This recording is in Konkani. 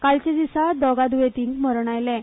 कालच्या दिसा दोगा द्येंतीक मरण आयलें